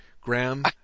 Graham